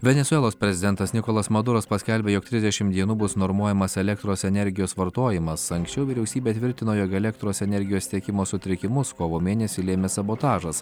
venesuelos prezidentas nikolas maduras paskelbė jog trisdešim dienų bus normuojamas elektros energijos vartojimas anksčiau vyriausybė tvirtino jog elektros energijos tiekimo sutrikimus kovo mėnesį lėmė sabotažas